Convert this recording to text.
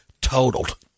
totaled